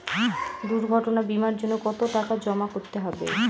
দুর্ঘটনা বিমার জন্য কত টাকা জমা করতে হবে?